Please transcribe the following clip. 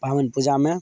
पाबनि पूजामे